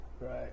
Right